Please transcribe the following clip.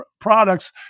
products